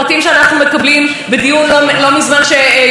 מוגש דוח, התקציב חסר.